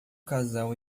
casal